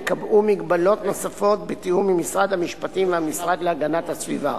ייקבעו מגבלות נוספות בתיאום עם משרד המשפטים והמשרד להגנת הסביבה.